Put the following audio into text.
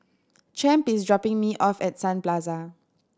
Champ is dropping me off at Sun Plaza